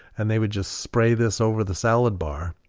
and they would just spray this over the salad bar